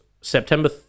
september